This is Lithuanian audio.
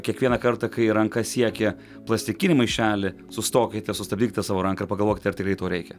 kiekvieną kartą kai ranka siekia plastikinį maišelį sustokit sustabdykite savo ranką ir pagalvokit ar tikrai to reikia